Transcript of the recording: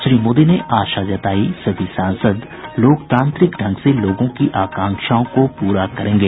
श्री मोदी ने आशा जतायी सभी सांसद लोकतांत्रिक ढंग से लोगों की आकांक्षाओं को पूरा करेंगे